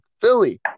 Philly